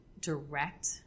direct